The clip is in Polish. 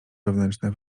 wewnętrzne